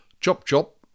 Chop-chop